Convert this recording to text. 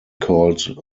called